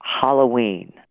Halloween